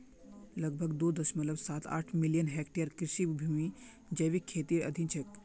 लगभग दो दश्मलव साथ आठ मिलियन हेक्टेयर कृषि भूमि जैविक खेतीर अधीन छेक